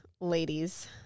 ladies